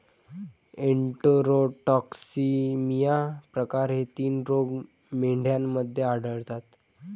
enterotoxaemia प्रकार हे तीन रोग मेंढ्यांमध्ये आढळतात